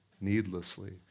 needlessly